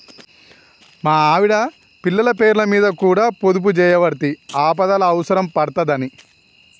మా ఆవిడ, పిల్లల పేర్లమీద కూడ పొదుపుజేయవడ్తి, ఆపదల అవుసరం పడ్తదని